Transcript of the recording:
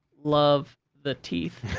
love the teeth